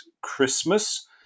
Christmas